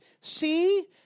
See